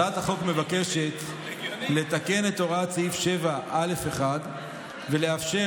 הצעת החוק מבקשת לתקן את הוראות סעיף 7א(1) ולאפשר